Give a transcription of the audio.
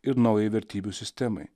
ir naujai vertybių sistemai